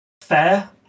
fair